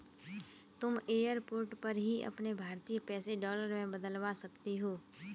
तुम एयरपोर्ट पर ही अपने भारतीय पैसे डॉलर में बदलवा सकती हो